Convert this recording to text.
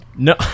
No